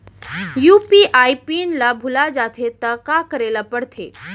UPI PIN ल भुला जाथे त का करे ल पढ़थे?